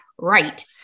right